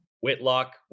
Whitlock